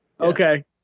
Okay